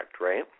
right